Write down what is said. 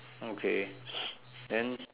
okay then